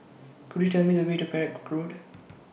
Could YOU Tell Me The Way to Perak Road